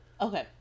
Okay